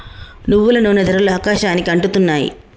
నువ్వుల నూనె ధరలు ఆకాశానికి అంటుతున్నాయి